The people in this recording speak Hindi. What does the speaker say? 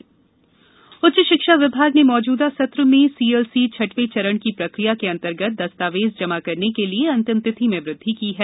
उच्च शिक्षा उच्च शिक्षा विभाग ने मौजूदा सत्र में सीएलसी छठवें चरण की प्रक्रिया के अन्तर्गत दस्तावेज जमा करने के लिये अंतिम तिथि में वृद्धि की है